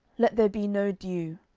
let there be no dew,